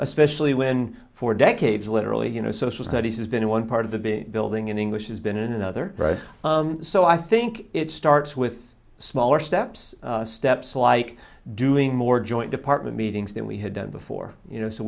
especially when for decades literally you know social studies has been one part of the big building in english has been another right so i think it starts with smaller steps steps like doing more joint department meetings than we had done before you know so